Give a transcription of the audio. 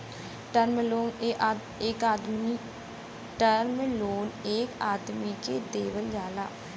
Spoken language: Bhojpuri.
टर्म लोन एक आदमी के देवल जाला